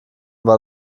war